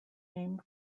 named